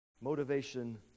Motivation